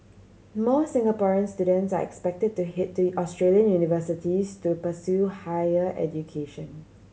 more Singaporean students are expected to head to Australian universities to pursue higher education